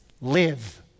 live